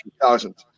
2000